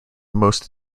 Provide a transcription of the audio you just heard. most